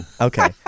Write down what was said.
okay